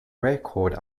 record